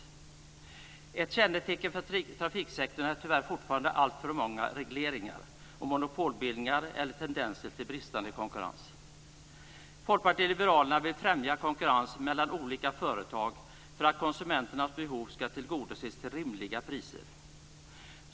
Ett kännetecken för trafiksektorn är tyvärr fortfarande att det är alltför mycket av regleringar och monopolbildningar eller tendenser till bristande konkurrens. Folkpartiet liberalerna vill främja konkurrens mellan olika företag för att konsumenternas behov ska tillgodoses till rimliga priser.